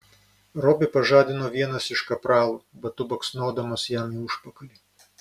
robį pažadino vienas iš kapralų batu baksnodamas jam į užpakalį